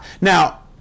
Now